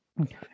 Okay